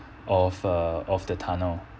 of uh of the tunnel